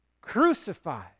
crucified